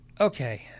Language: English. Okay